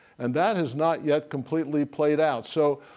and that has not yet completely played out. so,